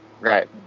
Right